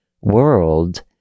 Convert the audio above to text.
world